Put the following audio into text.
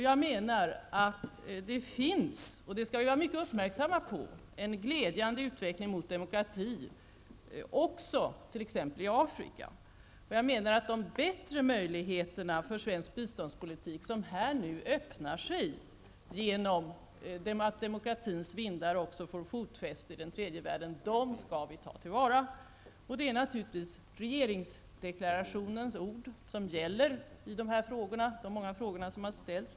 Jag menar att det finns -- det skall vi vara mycket uppmärksamma på -- en glädjande utveckling mot demokrati också i t.ex. Afrika. Jag menar att vi skall ta till vara de bättre möjligheter för svensk biståndspolitik som öppnar sig genom att demokratin får fotfäste också i tredje världen. Det är naturligtvis regeringsdeklarationen som är svaret på de många frågor som har ställts.